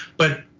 but,